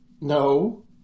No